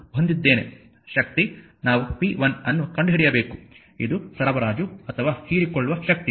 ಶಕ್ತಿ ನಾವು p1 ಅನ್ನು ಕಂಡುಹಿಡಿಯಬೇಕು ಇದು ಸರಬರಾಜು ಅಥವಾ ಹೀರಿಕೊಳ್ಳುವ ಶಕ್ತಿ